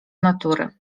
natury